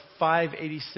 586